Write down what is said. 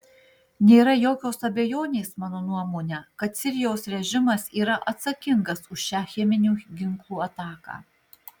nėra jokios abejonės mano nuomone kad sirijos režimas yra atsakingas už šią cheminių ginklų ataką